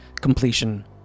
completion